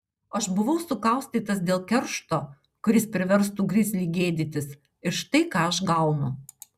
aš buvau sukaustytas dėl keršto kuris priverstų grizlį gėdytis ir štai ką aš gaunu